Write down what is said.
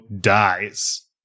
dies